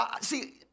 See